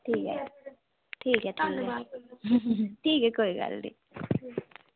ठीक ऐ ठीक ऐ ठीक ऐ ठीक ऐ कोई गल्ल निं